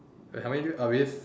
wait how many do are we